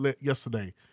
yesterday